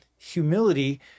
humility